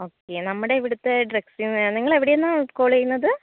okay നമ്മുടെ ഇവിടത്തെ dressing നിങ്ങൾ എവിടെ നിന്നാണ് കോൾ ചെയ്യുന്നത്